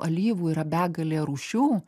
alyvų yra begalė rūšių